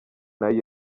nayo